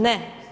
Ne.